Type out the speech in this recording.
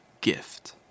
gift